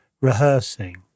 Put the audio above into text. rehearsing